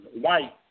white